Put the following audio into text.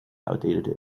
outdated